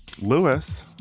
Lewis